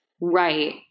right